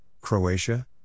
Croatia